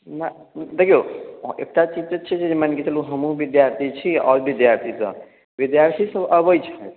ना देखियौ हँ एकटा चीज तऽ छै मानि कऽ चलू हमहूँ विद्यार्थी छी आओर विद्यार्थीसभ विद्यार्थीसभ अबैत छथि